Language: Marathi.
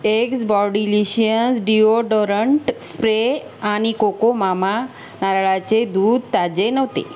एग्ज बॉडिलिशियस डिओडोरंट स्प्रे आणि कोकोमामा नारळाचे दूध ताजे नव्हते